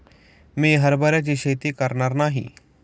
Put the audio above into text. मी हरभऱ्याची शेती करणार नाही